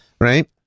Right